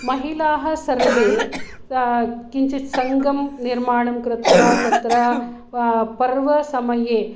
महिलाः सर्वे किञ्चित् सङ्गं निर्माणं कृत्वा तत्र पर्वसमये